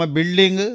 Building